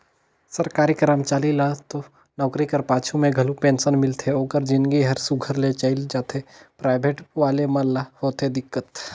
सरकारी करमचारी ल तो नउकरी कर पाछू में घलो पेंसन मिलथे ओकर जिनगी हर सुग्घर ले चइल जाथे पराइबेट वाले मन ल होथे दिक्कत